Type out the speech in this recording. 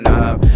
up